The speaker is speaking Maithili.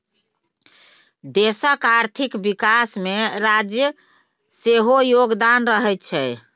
देशक आर्थिक विकासमे राज्यक सेहो योगदान रहैत छै